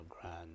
grand